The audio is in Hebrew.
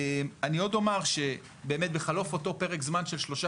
אני עוד אומר שבחלוף אותו פרק זמן של שלושה